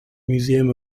museum